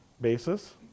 basis